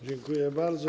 Dziękuję bardzo.